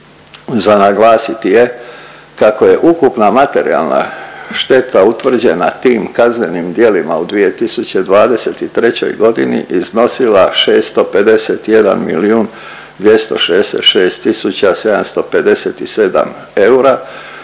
za naglasiti je kako je ukupna materijalna šteta utvrđena tim kaznenim djelima u 2023. godini iznosila 651.266.757 eura